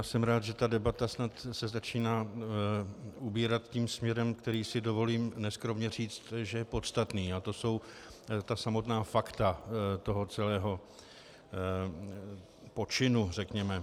Jsem rád, že debata se snad začíná ubírat tím směrem, který si dovolím neskromně říct, že je podstatný, a to jsou samotná fakta toho celého počinu, řekněme.